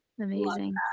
amazing